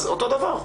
אז אותו דבר.